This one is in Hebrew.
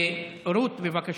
רות, בבקשה,